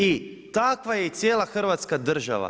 I takva je i cijela Hrvatska država.